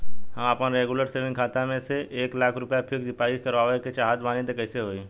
हम आपन regular saving खाता से एक लाख रुपया फिक्स डिपॉज़िट करवावे के चाहत बानी त कैसे होई?